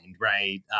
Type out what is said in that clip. right